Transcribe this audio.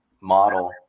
model